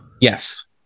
yes